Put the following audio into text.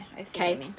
Okay